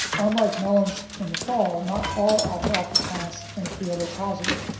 unlike melons in the fall, not all alfalfa plants in a field are positive.